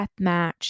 deathmatch